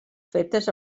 fetes